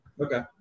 Okay